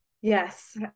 Yes